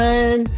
One